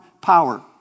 power